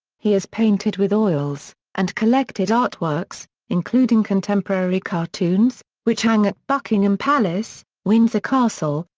he has painted with oils, and collected artworks, including contemporary cartoons, which hang at buckingham palace, windsor castle,